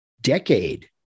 decade